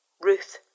Ruth